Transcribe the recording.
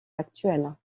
actuelle